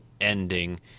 ending